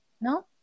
No